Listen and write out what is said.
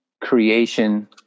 creation